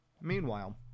Meanwhile